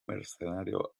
mercenario